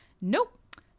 Nope